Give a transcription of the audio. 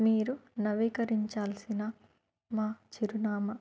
మీరు నవీకరించాల్సిన మా చిరునామా